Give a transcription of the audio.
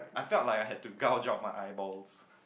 I felt like I had to gouge out my eyeballs